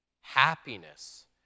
happiness